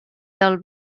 del